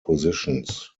positions